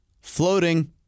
floating